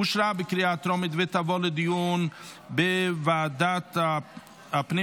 אושרה בקריאה טרומית ותעבור לדיון בוועדת הפנים